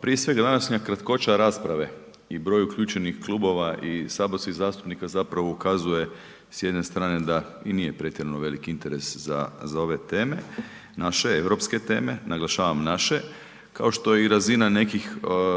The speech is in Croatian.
prije svega, današnja kratkoća rasprave i broju uključenih klubova i saborskih zastupnika zapravo ukazuje s jedne strane da i nije pretjerano veliki interes za ove teme, naše europske teme, naglašavam naše. Kao što je i razina nekih